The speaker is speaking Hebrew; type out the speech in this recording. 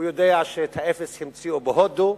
הוא יודע שאת האפס המציאו בהודו,